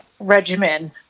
regimen